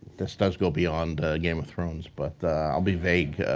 this does go beyond game of thrones, but i'll be vague.